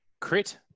Crit